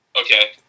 Okay